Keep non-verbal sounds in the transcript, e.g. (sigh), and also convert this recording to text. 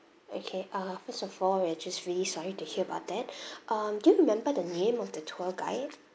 okay uh first of all we are just really sorry to hear about that (breath) um do you remember the name of the tour guide